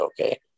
Okay